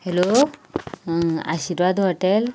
hello Ashirwad hotel